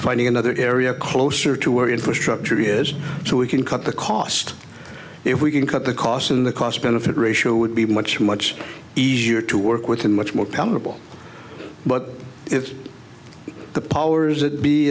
finding another area closer to where infrastructure is so we can cut the cost if we can cut the costs and the cost benefit ratio would be much much easier to work with and much more comfortable but if the powers that be